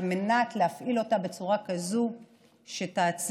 על מנת להפעיל אותה בצורה כזו שתעצים,